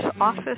Office